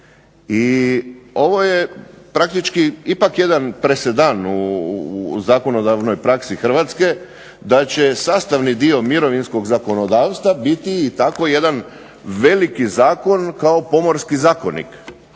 I ovo je ipak praktički jedan presedan u zakonodavnoj praksi Hrvatske da će sastavni dio mirovinskog zakonodavstva biti tako jedan veliki zakon kao Pomorski zakonik